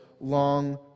long